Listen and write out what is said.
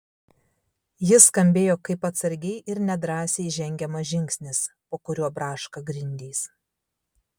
jis skambėjo kaip atsargiai ir nedrąsiai žengiamas žingsnis po kuriuo braška grindys